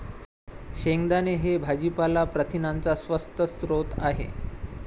शेंगदाणे हे भाजीपाला प्रथिनांचा स्वस्त स्रोत आहे